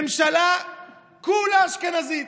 הממשלה כולה אשכנזית,